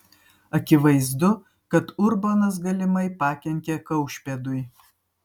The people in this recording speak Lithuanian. akivaizdu kad urbonas galimai pakenkė kaušpėdui